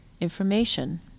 information